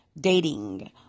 dating